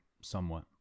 somewhat